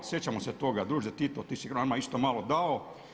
Sjećamo se toga druže Tito ti si nama isto malo dao.